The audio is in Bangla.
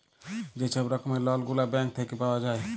যে ছব রকমের লল গুলা ব্যাংক থ্যাইকে পাউয়া যায়